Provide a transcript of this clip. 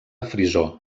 frisó